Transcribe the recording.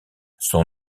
son